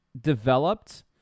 developed